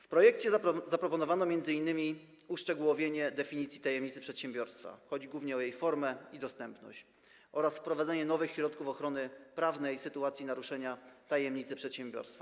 W projekcie zaproponowano m.in. uszczegółowienie definicji tajemnicy przedsiębiorstwa - chodzi głównie o jej formę i dostępność - oraz wprowadzenie nowych środków ochrony prawnej w sytuacji naruszenia tajemnicy przedsiębiorstwa.